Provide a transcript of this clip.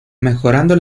mejorando